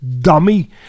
dummy